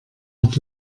hat